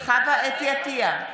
עטייה,